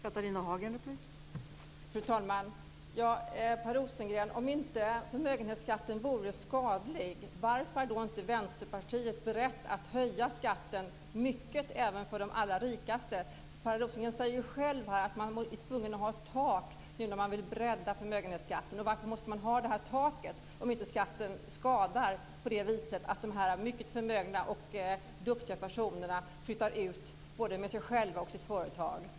Fru talman! Om förmögenhetsskatten inte vore skadlig, Per Rosengren, varför är Vänsterpartiet inte berett att höja skatten mycket även för de allra rikaste? Per Rosengren säger själv att man är tvungen att ha ett tak när man nu vill bredda förmögenhetsskatten. Varför måste man ha detta tak om skatten inte skadar på det viset att de mycket förmögna och duktiga personerna flyttar ut både sig själva och sina företag?